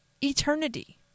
eternity